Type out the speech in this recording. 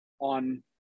on